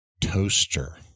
Toaster